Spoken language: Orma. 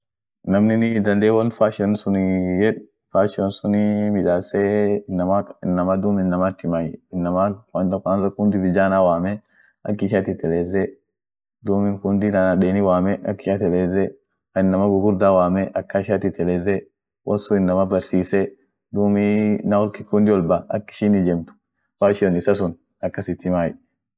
Rashiani won birii kabdie akii won durani fa ishini won duranit amine bere ishin jirtu amine bere ishin getu bere gudio dini ishiani dini gudio kabdi ishin won ishian olkodos kristianiti bezetin empire irra fuute aminen dumi ishini amine sirkali ishia itbeekeni taa lila nguvu kabdu familinen lila faan jirti won familianen iyo heshima iyo sagalenen taa ishia kabdie kavasiv iyo vodka faa won sun kulin taa ishia